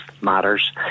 matters